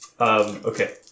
okay